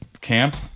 Camp